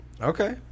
Okay